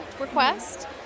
request